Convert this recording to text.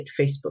Facebook